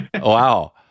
wow